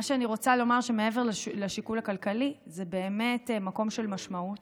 מה שאני רוצה לומר זה שמעבר לשיקול הכלכלי זה באמת מקום של משמעות.